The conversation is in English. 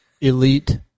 elite